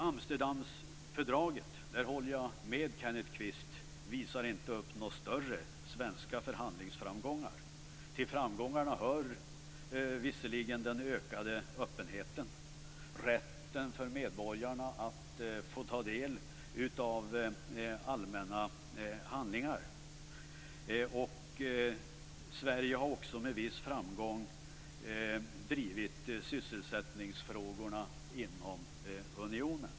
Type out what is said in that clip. Amsterdamfördraget visar inte upp - där håller jag med Kenneth Kvist - några större svenska förhandlingsframgångar. Till framgångarna hör visserligen den ökade öppenheten, rätten för medborgarna att få ta del av allmänna handlingar. Sverige har också med viss framgång drivit sysselsättningsfrågorna inom unionen.